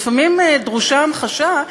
לפעמים דרושה המחשה,